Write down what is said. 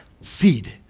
seed